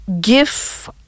give